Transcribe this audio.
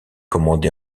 commandé